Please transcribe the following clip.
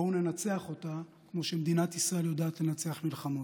בואו ננצח בה כמו שמדינת ישראל יודעת לנצח במלחמות.